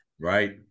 Right